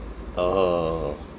orh